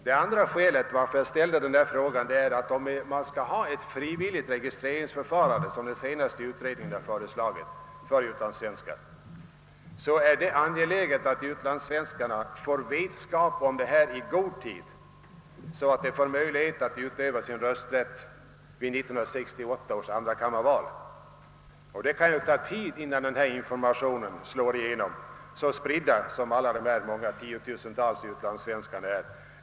Det andra skälet till att jag ställde min fråga var att det är angeläget att utlandssvenskarna, om man skall ha ett frivilligt — registreringsförfarande för dessa i enlighet med vad den senaste utredningen föreslagit, också får vetskap om detta i så god tid att de har möjlighet att utöva sin rösträtt vid 1968 års andrakammarval. Det kan ju ta tid innan denna information tränger fram, så utspridda över jordklotet som alla dessa tiotusentals utlandssvenskar är.